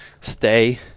stay